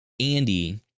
Andy